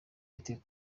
bite